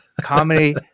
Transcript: comedy